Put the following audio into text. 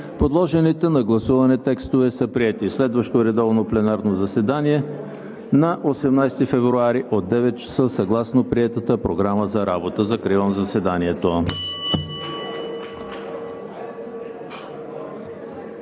Подложените на гласуване текстове са приети. Следващо редовно пленарно заседание на 18 февруари 2021 г. от 9,00 ч. съгласно приетата Програма за работа. Закривам заседанието.